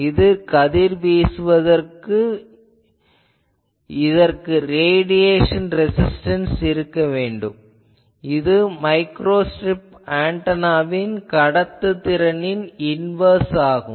இது கதிர்வீசுவதற்கு இதற்கு ரேடியேசன் ரெசிஸ்டன்ஸ் இருக்க வேண்டும் இது மைக்ரோஸ்ட்ரிப் ஆன்டெனாவின் கடத்துதிறனின் இன்வேர்ஸ் ஆகும்